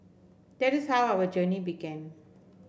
that is how our journey began